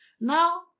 Now